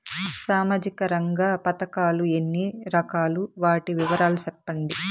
సామాజిక రంగ పథకాలు ఎన్ని రకాలు? వాటి వివరాలు సెప్పండి